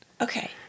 Okay